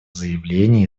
заявление